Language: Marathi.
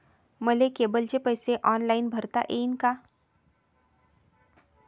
मले केबलचे पैसे ऑनलाईन भरता येईन का?